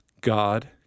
God